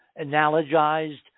analogized